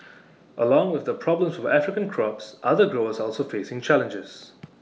along with the problems for African crops other growers are also facing challenges